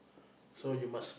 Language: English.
so you must